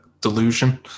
delusion